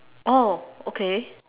oh okay